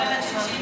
בגלל הקשישים,